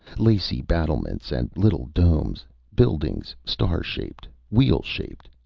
lacy battlements and little domes, buildings star-shaped, wheel-shaped,